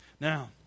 Now